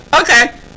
Okay